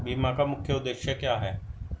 बीमा का मुख्य उद्देश्य क्या है?